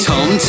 Tom